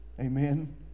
Amen